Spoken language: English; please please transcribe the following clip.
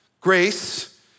grace